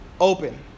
open